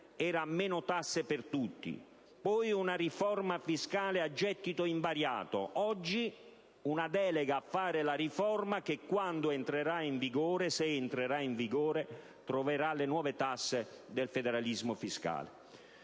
era meno tasse per tutti, poi una riforma fiscale a gettito invariato, oggi una delega a fare la riforma che, quando entrerà in vigore, se entrerà in vigore, troverà le nuove tasse del federalismo fiscale.